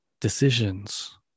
decisions